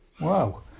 Wow